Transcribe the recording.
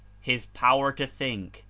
his power to think,